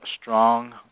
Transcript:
strong